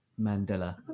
Mandela